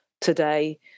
today